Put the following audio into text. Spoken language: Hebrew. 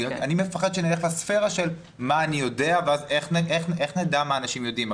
אני מפחה שאני אלך לספרה של מה אני יודע ואז איך נדע מה אנשים יודעים.